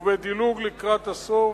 ובדילוג לקראת הסוף: